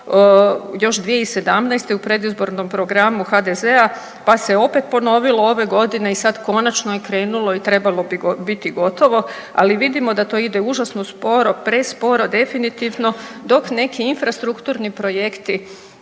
još 2017. u predizborno programu HDZ-a, pa se opet ponovilo ove godine i sad konačno je krenulo i trebalo bi biti gotovo. Ali vidimo da to ide užasno sporo, presporo definitivno dok neki infrastrukturni projekti